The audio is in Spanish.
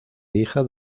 hija